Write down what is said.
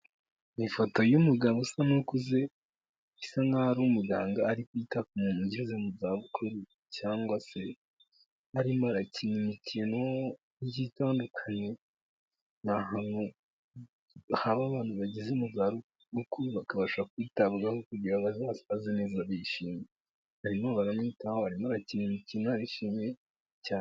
Ifoto y'umugabo usa n'ukuze, bisa nk'aho ari umuganga ari kwita ku muntu ugeze mu zabukuru cyangwa se arimo arakina imikino igiye itandukanye, ni ahantu haba abantu bageze mu zabukuru bakabasha kwitabwaho kugira ngo bazasaze neza bishimye. Barimo baramwitaho, arimo arakina imikino arishimye cyane.